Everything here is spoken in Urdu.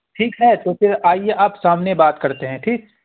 ٹھیک ہے تو پھر آئیے آپ سامنے بات کرتے ہیں ٹھیک